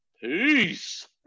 peace